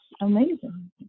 amazing